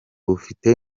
bufite